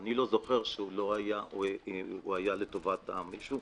אני לא זוכר שהוא היה לטובת אותו אדם.